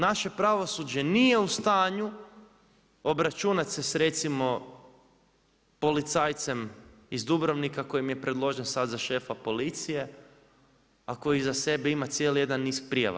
Naše pravosuđe nije u stanju obračunat se s recimo policajcem iz Dubrovnika koji im je predložen sada za šefa policije, a koji iza sebe ima cijeli jedan niz prijava.